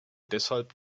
deshalb